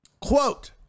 Quote